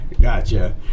Gotcha